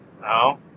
no